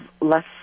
less